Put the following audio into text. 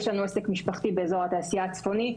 יש לנו עסק משפחתי באזור התעשייה הצפוני.